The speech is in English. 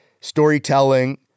storytelling